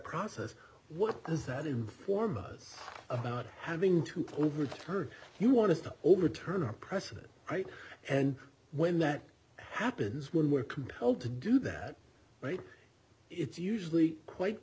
process what does that inform us about having to pull over turn you want to overturn a precedent right and when that happens when we are compelled to do that right it's usually quite